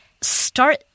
start